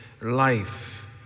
life